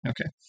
Okay